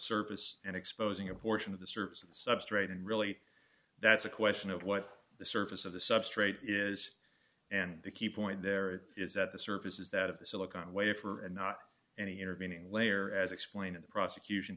surface and exposing a portion of the surface of the substrate and really that's a question of what the surface of the substrate is and the key point there is that the surface is that of the silicon wafer and not any intervening layer as explained in the prosecution